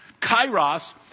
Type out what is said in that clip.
Kairos